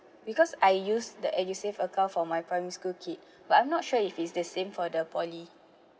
because I use the edusave account for my primary school kid but I'm not sure if it's the same for the poly